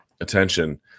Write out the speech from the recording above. attention